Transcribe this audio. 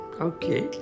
okay